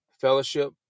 fellowship